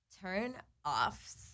Turn-offs